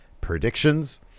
predictions